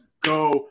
go